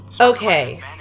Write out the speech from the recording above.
Okay